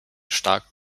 stark